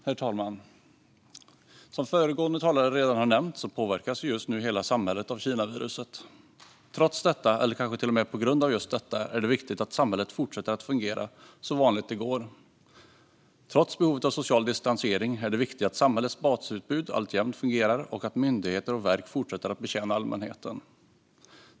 Herr talman! Som föregående talare redan har nämnt påverkas just nu hela samhället av Kinaviruset. Trots detta, eller kanske till och med på grund av just detta, är det viktigt att samhället fortsätter att fungera så vanligt det går. Trots behovet av social distansering är det viktigt att samhällets basutbud alltjämt fungerar och att myndigheter och verk fortsätter att betjäna allmänheten.